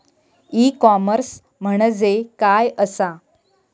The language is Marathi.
ई कॉमर्स म्हणजे काय असा?